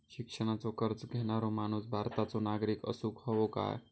शिक्षणाचो कर्ज घेणारो माणूस भारताचो नागरिक असूक हवो काय?